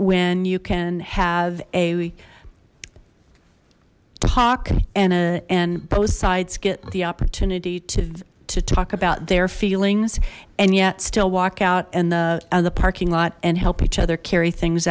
when you can have a talk and a and both sides get the opportunity to to talk about their feelings and yet still walk out and the the parking lot and help each other carry things